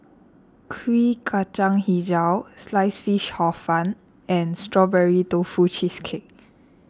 Kuih Kacang HiJau Sliced Fish Hor Fun and Strawberry Tofu Cheesecake